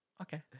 Okay